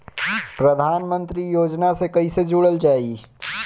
प्रधानमंत्री योजना से कैसे जुड़ल जाइ?